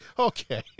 Okay